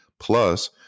Plus